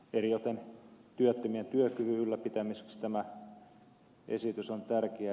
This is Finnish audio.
eritoten työttömien työkyvyn ylläpitämiseksi tämä esitys on tärkeä